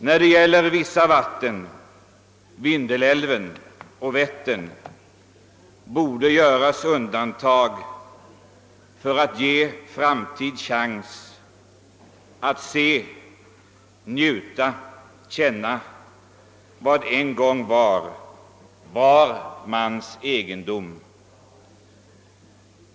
När det gäller vissa vatten, Vindelälven och Vättern, borde göras undantag för att ge framtid chans att se, njuta, känna vad en gång var var mans egendom.